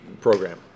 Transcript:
program